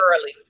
early